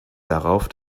darauf